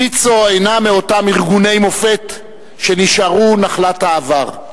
ויצו אינה מאותם ארגוני מופת שנשארו נחלת העבר.